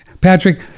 Patrick